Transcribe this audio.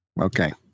Okay